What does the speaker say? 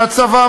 מהצבא,